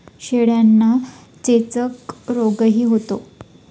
शेळ्यांना चेचक रोगही होतो